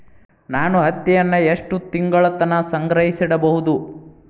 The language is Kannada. ನಾನು ಹತ್ತಿಯನ್ನ ಎಷ್ಟು ತಿಂಗಳತನ ಸಂಗ್ರಹಿಸಿಡಬಹುದು?